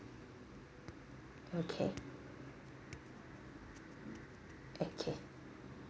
okay okay